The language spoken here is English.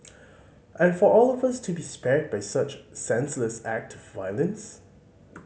and for all of us to be spared by such senseless act of violence